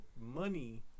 money